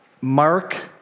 Mark